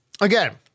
again